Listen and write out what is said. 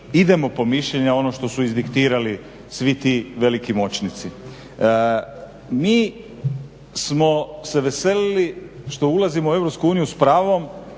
idemo po mišljenja, ono što su izdiktirali svi ti veliki moćnici. Mi smo se veselili što ulazimo u Europsku